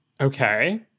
Okay